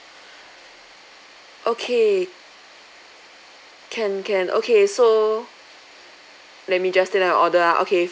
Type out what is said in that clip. okay can can okay so let me just take down your order ah okay